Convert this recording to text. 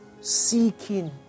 seeking